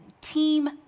team